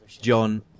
John